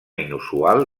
inusual